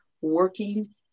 working